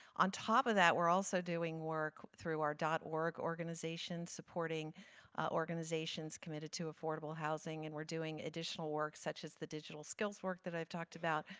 on top of that, we're also doing work through our dot-org organization, supporting organizations committed to affordable housing, and we're doing additional work such as the digital skills work that i talked about.